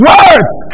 Words